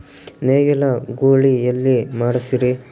ನೇಗಿಲ ಗೂಳಿ ಎಲ್ಲಿ ಮಾಡಸೀರಿ?